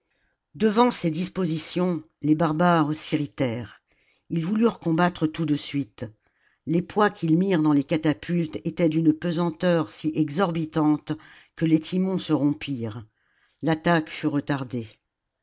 devant ces dispositions les barbares s'irritèrent ils voulurent combattre tout de suite les poids qu'ils mirent dans les catapultes étaient d'une pesanteur si exorbitante que les timons se rompirent l'attaque fut retardée